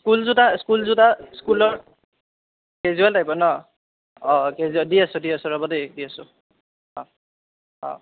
school জোতা school জোতা স্কুলৰ কেজুৱেল টাইপৰ ন অঁ অঁ কেজুৱেল দি আছোঁ দি আছোঁ ৰ'ব দেই দি আছোঁ অঁ অঁ